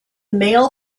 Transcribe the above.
male